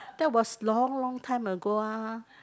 that was long long time ago ah